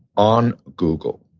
on google.